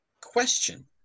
question